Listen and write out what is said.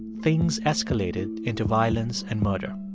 things escalated into violence and murder.